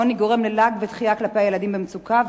העוני גורם ללעג ודחייה כלפי הילדים במצוקה.